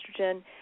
estrogen